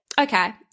okay